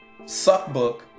Suckbook